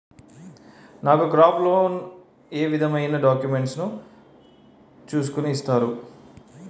నాకు crop loan ఏ విధమైన డాక్యుమెంట్స్ ను చూస్కుని ఇస్తారు?